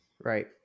Right